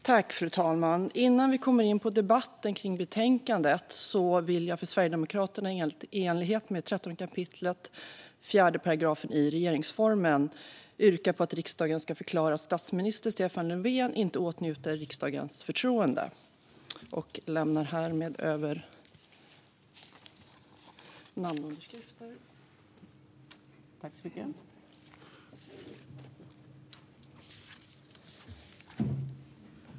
Fru talman! Innan jag går in i debatten om betänkandet vill jag för Sverigedemokraterna i enlighet med 13 kap. 4 § regeringsformen yrka på att riksdagen ska förklara att statsminister Stefan Löfven inte åtnjuter riksdagens förtroende. Jag lämnar härmed över namnunderskrifterna. Fru talman!